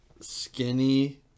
skinny